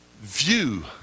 view